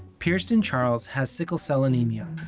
pierceton charles has sickle cell anemia.